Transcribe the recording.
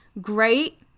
great